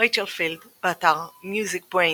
רייצ'ל פילד, באתר MusicBrainz